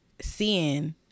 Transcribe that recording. seeing